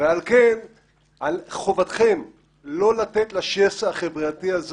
וכל כן על חובתכם לא לתת לשסע החברתי הזה